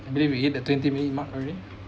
I believe we hit the twenty minute mark already